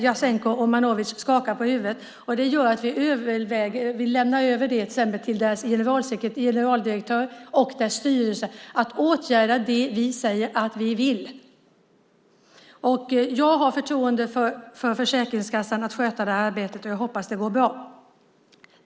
Jasenko Omanovic skakar på huvudet. Detta gör att vi lämnar över till exempel till Försäkringskassans generaldirektör och dess styrelse att åtgärda det vi säger att vi vill. Jag har förtroende för att Försäkringskassan sköter detta arbete, och jag hoppas att det går bra.